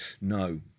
no